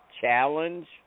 challenge